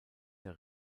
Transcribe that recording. der